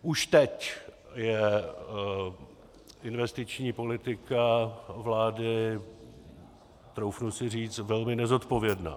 Už teď je investiční politika vlády, troufnu si říct, velmi nezodpovědná.